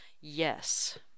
Yes